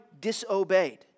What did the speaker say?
disobeyed